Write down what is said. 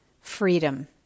Freedom